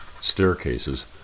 staircases